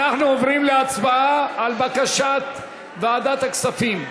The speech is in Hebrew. אדוני יושב-ראש ועדת הכספים,